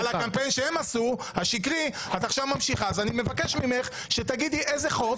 אני מבקש שתגידי איזה חוק.